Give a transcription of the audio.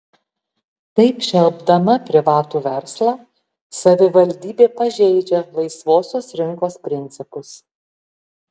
taip šelpdama privatų verslą savivaldybė pažeidžia laisvosios rinkos principus